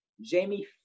Jamie